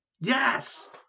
Yes